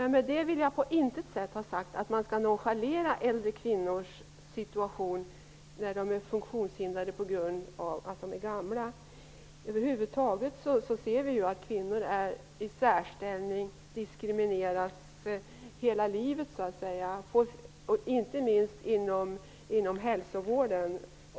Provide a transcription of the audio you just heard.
Jag vill dock på inte sätt ha sagt att man skall nonchalera situationen för äldre kvinnor, som är funktionshindrade på grund av sin ålder. Över huvud taget ser vi att kvinnor diskrimineras hela livet, inte minst inom hälsovården.